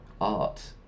art